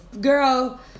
Girl